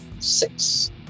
Six